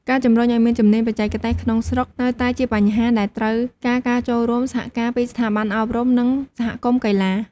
ការជំរុញឲ្យមានជំនាញបច្ចេកទេសក្នុងស្រុកនៅតែជាបញ្ហាដែលត្រូវការការចូលរួមសហការពីស្ថាប័នអប់រំ និងសហគមន៍កីឡា។